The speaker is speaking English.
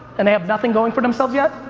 and they have nothing going for themselves, yet?